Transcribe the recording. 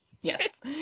Yes